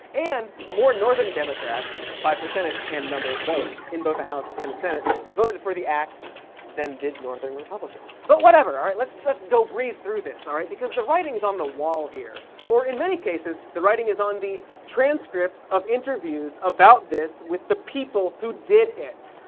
and more northern democrats, by percentage and number of votes in both the house and the senate, voted for the act than did northern republicans. but whatever, alright? let's. let's go breeze through this, alright? because the writing's on the wall here, or, in many cases, the writing is on the. transcripts. of interviews. about this. with the people. who did it!